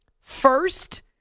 First